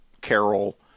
Carol